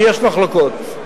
ויש מחלוקות,